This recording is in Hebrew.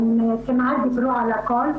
הן דיברו כמעט על הכול.